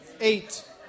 eight